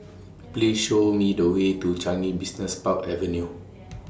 Please Show Me The Way to Changi Business Park Avenue